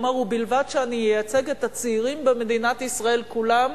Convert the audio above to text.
הוא אמר: ובלבד שאני אייצג את הצעירים במדינת ישראל כולם,